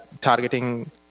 targeting